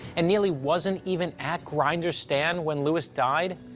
and neely wasn't even at grinder's stand when lewis died,